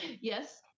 Yes